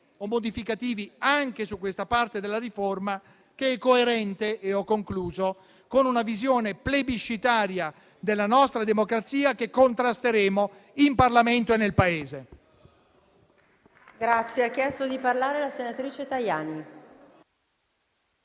o modificativi anche su questa parte della riforma, che è coerente - e ho concluso - con una visione plebiscitaria della nostra democrazia, che contrasteremo in Parlamento e nel Paese.